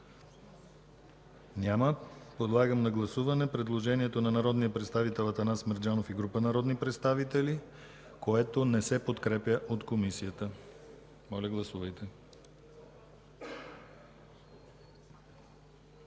Подлагам на гласуване предложението на народния представител Атанас Мерджанов и група народни представители, което не се подкрепя от Комисията. Гласували